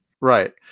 right